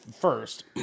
first